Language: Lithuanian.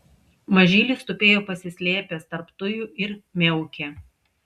mažylis tupėjo pasislėpęs tarp tujų ir miaukė